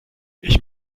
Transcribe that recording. ich